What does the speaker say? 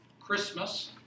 Christmas